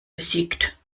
besiegt